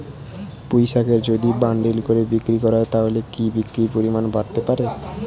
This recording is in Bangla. পুঁইশাকের যদি বান্ডিল করে বিক্রি করা হয় তাহলে কি বিক্রির পরিমাণ বাড়তে পারে?